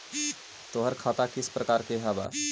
तोहार खता किस प्रकार के हवअ